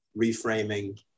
reframing